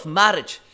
marriage